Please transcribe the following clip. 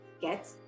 get